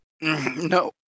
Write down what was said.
no